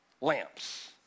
lamps